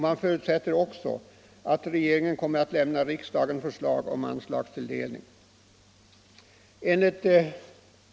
Man förutsätter också att regeringen kommer att lämna riksdagen förslag om anslagstilldelning.